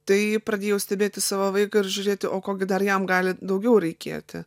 tai pradėjau stebėti savo vaiką ir žiūrėti o ko gi dar jam gali daugiau reikėti